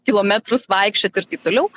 kilometrus vaikščiot ir taip toliau